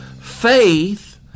Faith